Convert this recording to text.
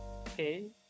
okay